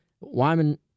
Wyman